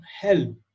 help